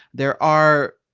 there are,